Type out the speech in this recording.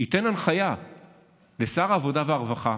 שהוא ייתן הנחיה לשר העבודה והרווחה,